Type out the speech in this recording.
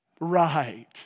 Right